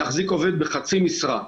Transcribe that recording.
להחזיק עובד בחצי משרה.